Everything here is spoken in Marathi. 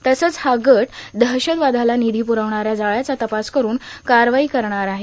तसंच हा गट दहशतवादाला निधी प्रखणाऱ्या जाळ्याचा तपास करून कारवाई करणार आहे